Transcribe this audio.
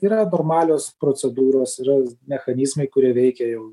yra normalios procedūros yra mechanizmai kurie veikia jau